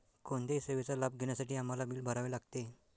कोणत्याही सेवेचा लाभ घेण्यासाठी आम्हाला बिल भरावे लागते